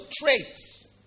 traits